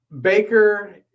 Baker